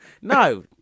No